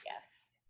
Yes